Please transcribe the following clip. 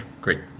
great